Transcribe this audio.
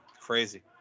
Crazy